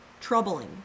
troubling